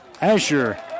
Asher